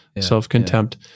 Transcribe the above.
self-contempt